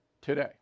today